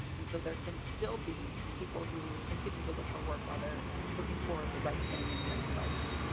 and so there can still be people who continue to look for work weather looking for the right thing in the right place.